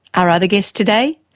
our other guests today,